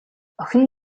охин